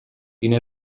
viene